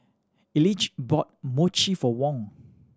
Elige bought Mochi for Wong